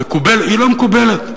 היא לא מקובלת,